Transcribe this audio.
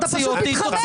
אתה פשוט מתחמק.